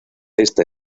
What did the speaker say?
esta